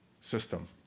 system